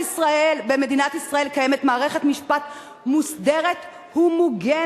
במדינת ישראל קיימת מערכת משפט מוסדרת ומוגנת,